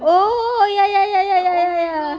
oh ya ya ya ya ya ya ya